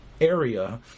area